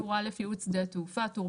טור א' יעוד שדה התעופה.